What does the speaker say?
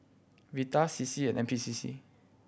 Vital C C and N P C C